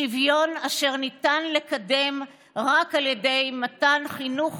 שוויון אשר ניתן לקדם רק על ידי מתן חינוך